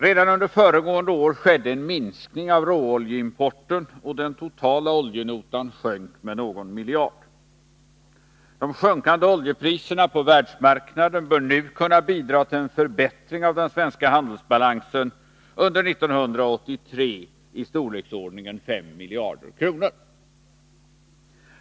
Redan under föregående år skedde en minskning av råoljeimporten, och den totala oljenotan sjönk med någon miljard. De sjunkande oljepriserna på världsmarknaden bör nu kunna bidra till en förbättring av den svenska handelsbalansen under 1983 i storleksordningen 5 miljarder kronor.